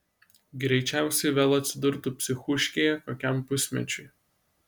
greičiausiai vėl atsidurtų psichūškėje kokiam pusmečiui